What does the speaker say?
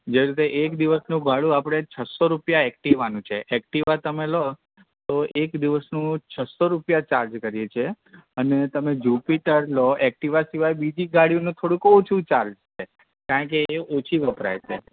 જેવી રીતે એક દિવસનું ભાડું આપણે છસ્સો રૂપિયા એકટીવાનું છે એકટીવા તમે લો તો એક દિવસનું છસ્સો રૂપિયા ચાર્જ કરીએ છીએ અને તમે જુપિટર લો એકટીવા સિવાય બીજી ગાડીઓનું થોડુંક ઓછું ચાર્જ છે કારણ કે એ ઓછી વપરાય છે